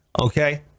Okay